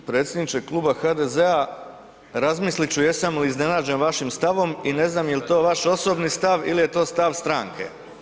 G. predsjedniče kluba HDZ-a, razmisliti ću jesam li iznenađen vašim stavom i ne znam je li to vaš osobni stav ili je to stav stranke.